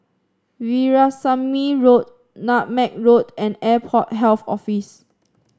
Veerasamy Road Nutmeg Road and Airport Health Office